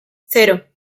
cero